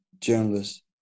journalists